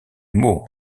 mot